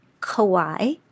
Kauai